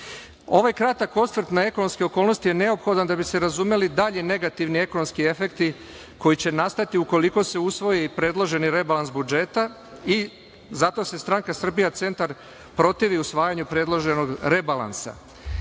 sada. Ovaj kratak osvrt na ekonomske okolnosti je neophodan da bi se razumeli dalji negativni ekonomski efekti koji će nastati ukoliko se usvoji predloženi rebalans budžeta i zato se Stranka „Srbija Centar“ protivi usvajanju predloženog rebalansa.E,